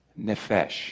nefesh